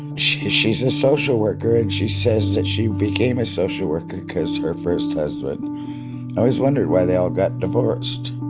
and she's she's a social worker. and she says that she became a social worker cause her first husband i always wondered why they all got divorced.